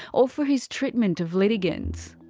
or for his treatment of litigants.